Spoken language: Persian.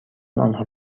آنها